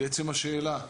לעצם השאלה: